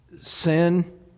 Sin